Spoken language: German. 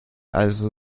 also